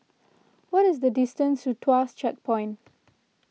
what is the distance to Tuas Checkpoint